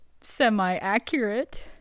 semi-accurate